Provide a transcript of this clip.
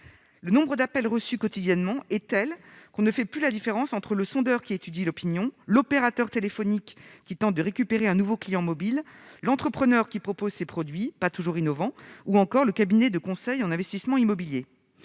Le nombre d'appels reçus quotidiennement est tel qu'on ne fait plus la différence entre le sondeur qui étudie l'opinion, l'opérateur téléphonique qui tente de récupérer un nouveau client mobile, l'entrepreneur qui propose ses produits, pas toujours innovants, ou encore le cabinet de conseil en investissements immobiliers.